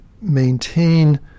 maintain